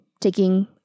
taking